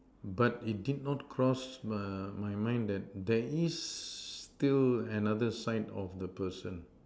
but it did not cross err my mind that there is still another side of the person